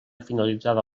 finalitzada